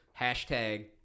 Hashtag